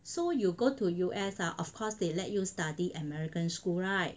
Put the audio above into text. so you go to U_S ah of course they let you study american school [right]